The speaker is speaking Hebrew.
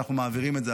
אנחנו מעבירים את זה,